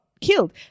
killed